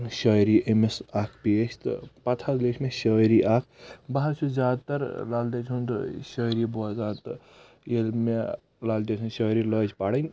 شٲعری أمِس اکھ پیش تہٕ پتہٕ حظ لیٖچھ مےٚ شٲعری اکھ بہٕ حظ چھُس زیادٕ تر لل دٮ۪د ہُنٛد شٲعری بوزان تہٕ ییٚلہِ مےٚ لل دٮ۪د ہنٛز شٲعری لٲج پرٕنۍ